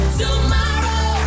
tomorrow